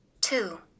Two